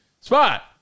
Spot